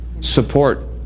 Support